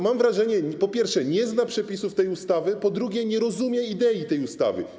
Mam wrażenie, że pan, po pierwsze, nie zna przepisów tej ustawy, a po drugie, nie rozumie idei tej ustawy.